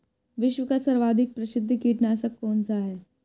विश्व का सर्वाधिक प्रसिद्ध कीटनाशक कौन सा है?